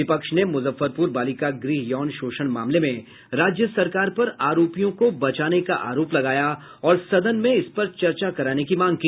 विपक्ष ने मुजफ्फरपुर बालिका गृह यौन शोषण मामले में राज्य सरकार पर आरोपियों को बचाने का आरोप लगाया और सदन में इस पर चर्चा कराने की मांग की